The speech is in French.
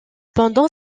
pendant